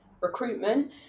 recruitment